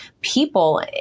people